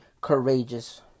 courageous